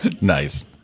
Nice